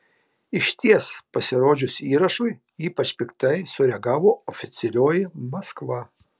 išties pasirodžius įrašui ypač piktai sureagavo oficialioji maskva